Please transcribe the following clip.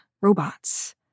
robots